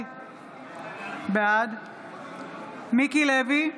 בעד מיקי לוי,